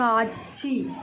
காட்சி